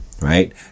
right